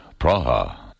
Praha